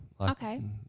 Okay